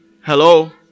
Hello